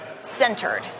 centered